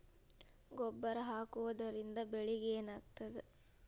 ಗೊಬ್ಬರ ಹಾಕುವುದರಿಂದ ಬೆಳಿಗ ಏನಾಗ್ತದ?